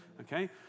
okay